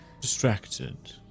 distracted